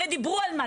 הרי דיברו על מה?